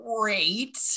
great